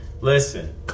Listen